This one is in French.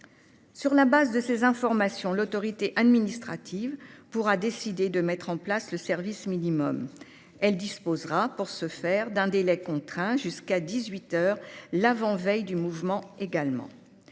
Sur la base de ces informations, l'autorité administrative pourra décider de mettre en place le service minimum. Elle disposera, pour ce faire, d'un délai contraint : également jusqu'à dix-huit heures l'avant-veille du mouvement.